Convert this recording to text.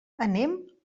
anem